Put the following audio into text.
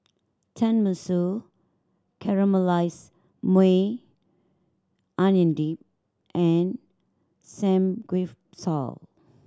Tenmusu Caramelized Maui Onion Dip and Samgyeopsal